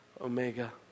Omega